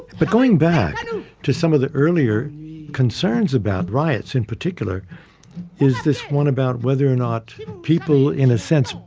but going back to some of the earlier concerns about riots in particular is this one about whether or not people, in a sense,